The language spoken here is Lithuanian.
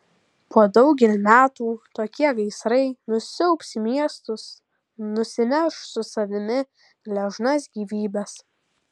po daugel metų tokie gaisrai nusiaubs miestus nusineš su savimi gležnas gyvybes